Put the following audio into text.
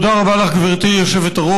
תודה רבה לך, גברתי היושבת-ראש.